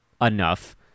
enough